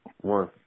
One